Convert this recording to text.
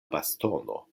bastono